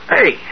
Hey